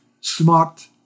smart